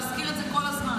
להזכיר את זה כל הזמן,